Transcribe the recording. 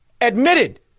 admitted